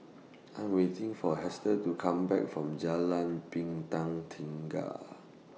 I'm waiting For Hester to Come Back from Jalan Bintang Tiga